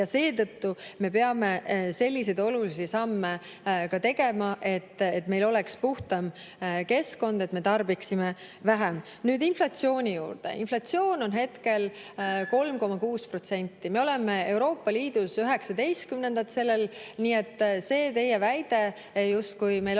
Seetõttu me peame selliseid olulisi samme ka tegema, et meil oleks puhtam keskkond ja me tarbiksime vähem. Nüüd inflatsiooni juurde. Inflatsioon on hetkel 3,6%, me oleme Euroopa Liidus sellega 19. kohal. Nii et see teie väide, justkui meil